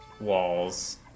walls